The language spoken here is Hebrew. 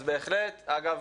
אגב,